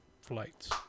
flights